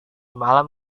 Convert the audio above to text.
malam